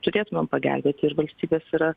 turėtumėm pagelbėti ir valstybės yra